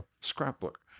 scrapbook